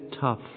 tough